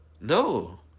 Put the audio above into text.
No